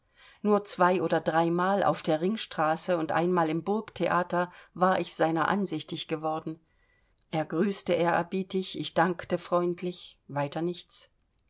nur zwei oder dreimal auf der ringstraße und einmal im burgtheater war ich seiner ansichtig geworden er grüßte ehrerbietig ich dankte freundlich weiter nichts